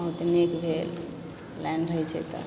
बहुत नीक भेल लाइन रहय छै तऽ